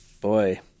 boy